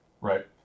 Right